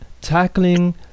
tackling